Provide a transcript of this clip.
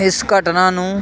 ਇਸ ਘਟਨਾ ਨੂੰ